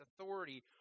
authority